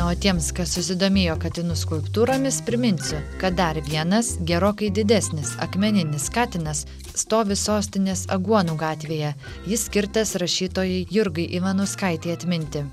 o tiems kas susidomėjo katinų skulptūromis priminsiu kad dar vienas gerokai didesnis akmeninis katinas stovi sostinės aguonų gatvėje jis skirtas rašytojai jurgai ivanauskaitei atminti